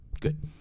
Good